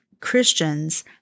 Christians